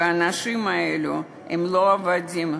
ושהאנשים האלו הם לא עבדים.